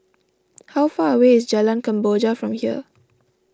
how far away is Jalan Kemboja from here